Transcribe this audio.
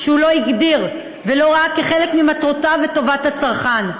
שהוא לא הגדיר ולא ראה כחלק ממטרותיו את טובת הצרכן,